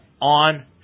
on